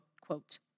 quote